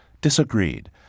disagreed